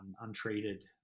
untreated